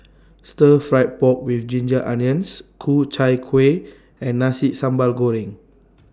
Stir Fry Pork with Ginger Onions Ku Chai Kueh and Nasi Sambal Goreng